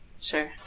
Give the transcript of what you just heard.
Sure